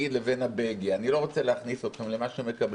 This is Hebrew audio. לבין --- אני לא רוצה להכניס אתכם למה שהם מקבלים.